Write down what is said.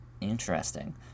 Interesting